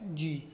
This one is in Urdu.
جی